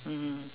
mmhmm